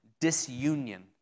disunion